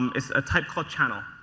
it's a type called channel.